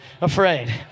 afraid